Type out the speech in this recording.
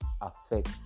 affect